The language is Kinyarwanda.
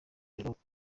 b’itorero